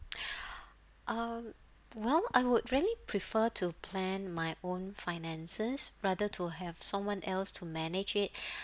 um well I would really prefer to plan my own finances rather to have someone else to manage it